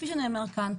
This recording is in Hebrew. כפי שנאמר כאן,